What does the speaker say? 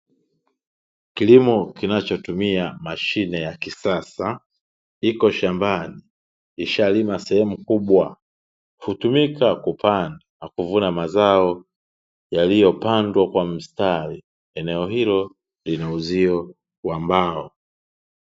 Kilimo kinachotumia mashine ya kisasa iko shambani, ishalima sehemu kubwa. Hutumika kupanda na kuvuna mazao yaliyopandwa kwa mstari. Eneo hilo lina uzio wa mbao.